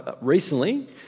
recently